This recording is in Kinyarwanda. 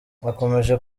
akomeje